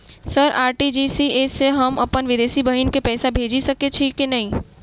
Sir RTGS सँ हम अप्पन विदेशी बहिन केँ पैसा भेजि सकै छियै की नै?